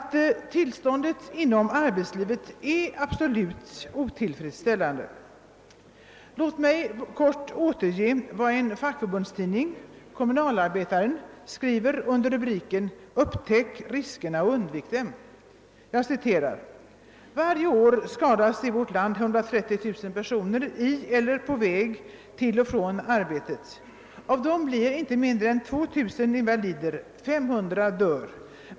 Tillståndet inom arbetslivet är absolut otillfredsställande. Låt mig helt kort återge vad en fackförbundstidning, Kommunalarbetaren, skriver under rubriken »Upptäck risken och undvik den!» Där står: »Varje år skadas i vårt land 130 000 personer i eller på väg till och från arbetet. Av dem blir mer än 2 000 invalider, 500 dör.